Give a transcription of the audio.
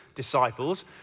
disciples